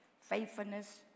faithfulness